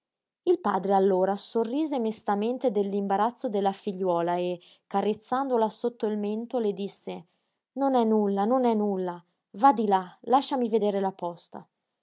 il padre allora sorrise mestamente dell'imbarazzo della figliuola e carezzandola sotto il mento le disse non è nulla non è nulla va di là lasciami vedere la posta